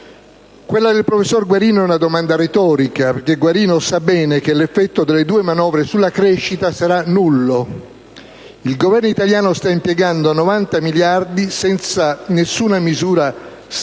Quella del professor Guarino è una domanda retorica, perché egli sa bene che l'effetto delle due manovre sulla crescita sarà nullo. Il Governo italiano sta impiegando 90 miliardi senza nessuna misura strutturale,